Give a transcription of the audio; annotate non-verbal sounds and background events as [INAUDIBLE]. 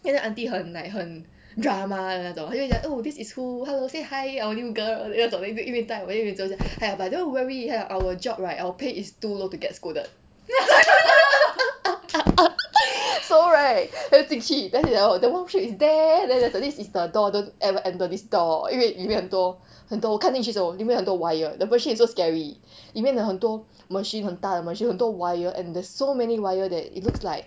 现在 aunty 很 like 很 drama 那种她就讲 oh this is who hello say hi I only girl then 我走进去因为带我因为就是这样 by the way where we here our job right our pay is too low to get scolded [LAUGHS] so right 她又进去 then 她又讲 the worksheet is there then this is the door don't ever enter this door 因为里面很多很多我看进去时候里面很多 wire the machine is so scary 里面又很多 machine 很大的 machine 很多 wire and there's so many wire there it looks like